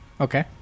Okay